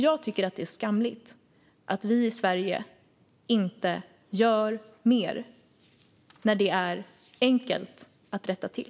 Jag tycker att det är skamligt att vi i Sverige inte gör mer när detta är enkelt att rätta till.